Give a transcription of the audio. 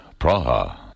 Praha